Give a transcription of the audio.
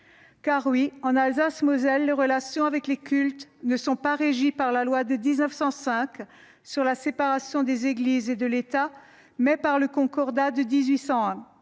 Car en Alsace-Moselle, les relations avec les cultes ne sont pas régies par la loi du 9 décembre 1905 concernant la séparation des Églises et de l'État, mais par le concordat de 1801.